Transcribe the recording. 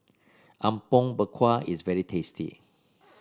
Apom Berkuah is very tasty